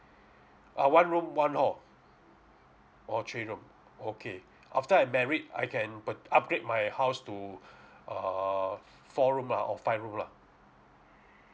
uh one room one hall or three room okay after I married I can pur~ upgrade my house to err four room lah or five room lah